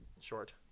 Short